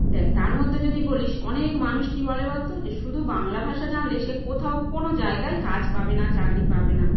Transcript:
দেখ তার মধ্যে যদি বলিস অনেক মানুষ কী বলে বলতো যে শুধু বাংলা ভাষা জানলে সে কোথাও কোনো জায়গায় কাজ পাবে না চাকরি পাবে না